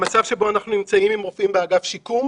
לגבי המצב שבו אנחנו נמצאים מבחינת רופאים באגף שיקום